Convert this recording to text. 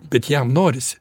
bet jam norisi